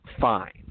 Fine